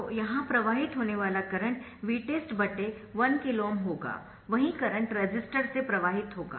तो यहाँ प्रवाहित होने वाला करंट Vtest 1KΩ होगा वही करंट रेजिस्टर से प्रवाहित होगा